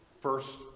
first